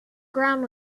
ground